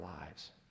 lives